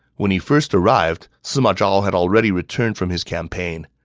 when he first arrived, sima zhao had already returned from his campaign.